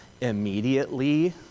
immediately